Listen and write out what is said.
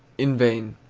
in vain.